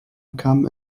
come